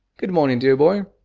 good morning, dear boy.